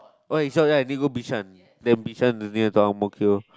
!oi! short right then you go Bishan then Bishan is near to Ang-Mo-Kio